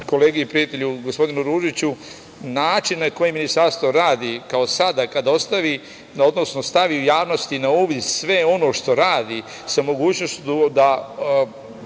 kolegi i prijatelju, gospodinu Ružiću, način na koji ministarstvo radi, kao sada, kada stavi u javnost i na uvid sve ono što radi sa mogućnošću da,